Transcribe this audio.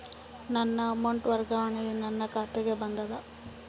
ನನ್ನ ಅಮೌಂಟ್ ವರ್ಗಾವಣೆಯು ನನ್ನ ಖಾತೆಗೆ ಬಂದದ